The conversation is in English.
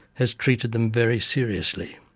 has treated them very seriously.